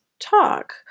Talk